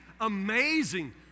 amazing